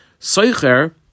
soicher